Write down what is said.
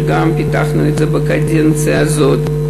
גם את זה פיתחנו בקדנציה הזאת.